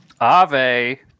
Ave